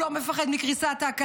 הוא לא מפחד מקריסת הכלכלה,